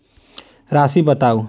राशि बताउ